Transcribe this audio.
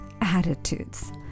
attitudes